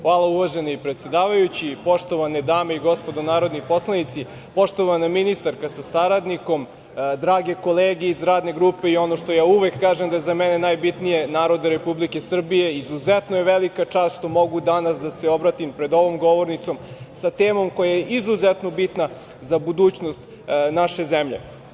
Hvala uvaženi predsedavajući, poštovane dame i gospodo narodni poslanici, poštovana ministarka sa saradnikom, drage kolege iz radne grupe i ono što ja uvek kažem da je za mene najbitnije narode Republike Srbije, izuzetno je velika čast mogu danas da se obratim pred ovom govornicom, sa temom koja je izuzetno bitna za budućnost naše zemlje.